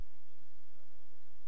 מיליארד שקלים לפריפריה,